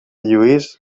lluís